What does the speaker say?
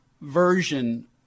version